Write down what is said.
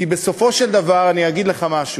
כי בסופו של דבר, אני אגיד לך משהו,